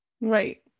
Right